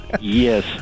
Yes